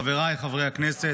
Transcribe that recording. חבריי חברי הכנסת,